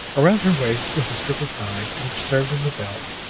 around her waist was a strip of hide, which served as a belt,